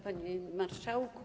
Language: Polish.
Panie Marszałku!